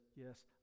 yes